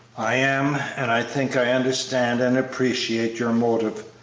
i am, and i think i understand and appreciate your motive,